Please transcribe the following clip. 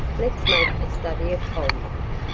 let's make a study of coal mining,